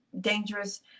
dangerous